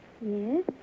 Yes